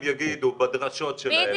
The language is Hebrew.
אם האימאמים יגידו בדרשות שלהם,